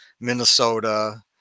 Minnesota